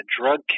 drug